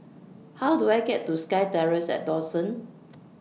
How Do I get to SkyTerrace At Dawson